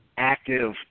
active